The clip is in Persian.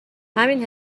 همین